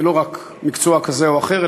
זה לא רק מקצוע כזה או אחר,